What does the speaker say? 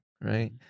right